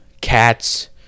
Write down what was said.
cats